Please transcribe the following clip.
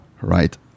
right